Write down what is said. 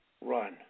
run